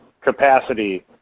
capacity